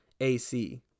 AC